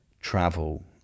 travel